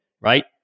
right